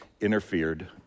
interfered